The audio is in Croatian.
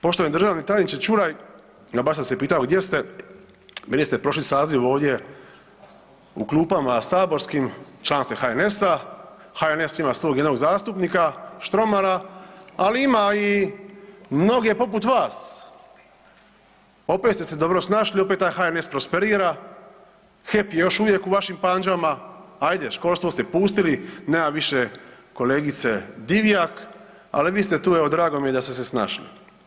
Poštovani državni tajniče Čuraj, a baš sam se pitao gdje ste, bili ste prošli saziv ovdje u klupama saborskim, član ste HNS-a, HNS ima svog jednog zastupnika Štromara, ali ima i mnoge poput vas, opet ste se dobro snašli, opet taj HNS prosperira, HEP je još uvijek u vašim pandžama, ajde školstvo ste pustili, nema više kolegice Divjak, ali vi ste tu, evo drago mi je da ste se snašli.